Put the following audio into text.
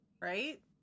Right